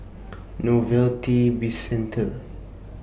Novelty Bizcenter